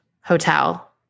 Hotel